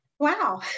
Wow